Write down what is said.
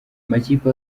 amakipe